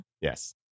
Yes